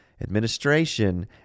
administration